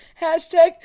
hashtag